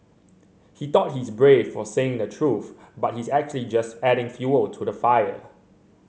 he thought he's brave for saying the truth but he's actually just adding fuel to the fire